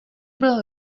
byl